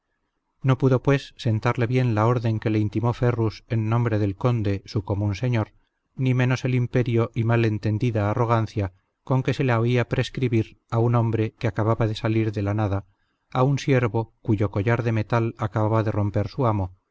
no pudo pues sentarle bien la orden que le intimó ferrus en nombre del conde su común señor ni menos el imperio y mal entendida arrogancia con que se la oía prescribir a un hombre que acababa de salir de la nada a un siervo cuyo collar de metal acababa de romper su amo